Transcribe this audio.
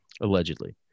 Allegedly